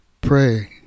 pray